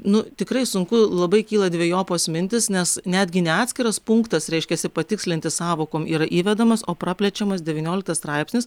nu tikrai sunku labai kyla dvejopos mintys nes netgi ne atskiras punktas reiškiasi patikslinti sąvokom yra įvedamas o praplečiamas devynioliktas straipsnis